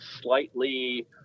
slightly